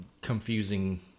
confusing